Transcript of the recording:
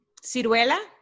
Ciruela